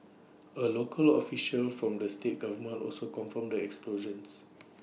A local official from the state government also confirmed the explosions